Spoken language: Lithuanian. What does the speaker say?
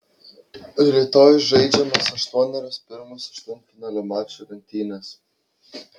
rytoj žaidžiamos aštuonerios pirmos aštuntfinalio mačų rungtynės